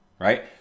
Right